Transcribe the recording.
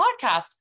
podcast